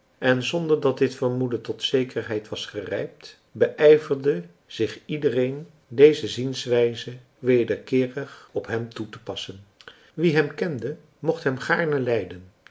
en zonder dat dit vermoeden tot zekerheid was gerijpt beijverde zich iedereen deze zienswijze wederkeerig op hem toetepassen wie hem kende mocht hem gaarne lijden